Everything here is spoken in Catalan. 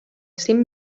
cim